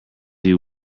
you